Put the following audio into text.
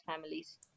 families